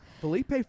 Felipe